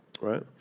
right